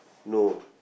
no